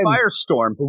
Firestorm